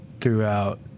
throughout